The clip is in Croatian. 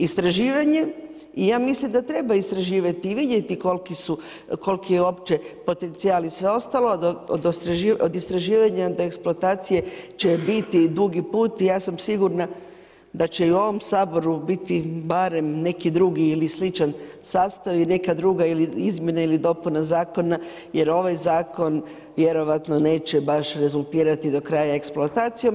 Istraživanje i ja mislim da treba istraživati i vidjeti koliki su, koliki je uopće potencijal i sve ostalo od istraživanja do eksploatacije će biti dugi put i ja sam sigurna da će i u ovom Saboru biti barem neki drugi ili sličan sastav i neka druga izmjena ili dopuna zakona jer ovaj zakon vjerojatno neće baš rezultirati do kraja eksploatacijom.